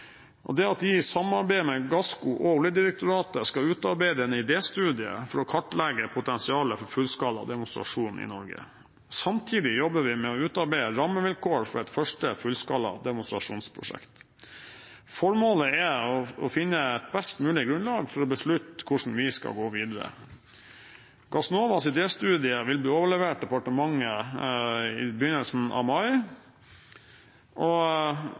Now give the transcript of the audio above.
og det er at de i samarbeid med Gassco og Oljedirektoratet skal utarbeide en idéstudie for å kartlegge potensialet for fullskala demonstrasjon i Norge. Samtidig jobber vi med å utarbeide rammevilkår for et første fullskala demonstrasjonsprosjekt. Formålet er å finne et best mulig grunnlag for å beslutte hvordan vi skal gå videre. Gassnovas idéstudie vil bli overlevert departementet i begynnelsen av mai, og